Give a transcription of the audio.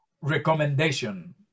recommendation